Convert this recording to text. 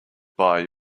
buy